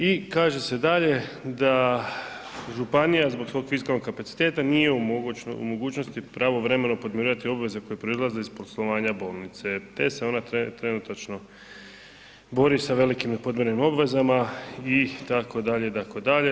I kaže se dalje da županija zbog svog fiskalnog kapaciteta nije u mogućnosti pravovremeno podmirivati obveze koje proizlaze iz poslovanja bolnice te se ona trenutačno bori sa velikim nepodmirenim obvezama itd., itd.